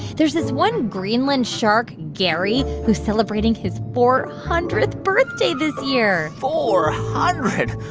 there's this one greenland shark gary who's celebrating his four hundredth birthday this year four hundred?